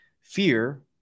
fear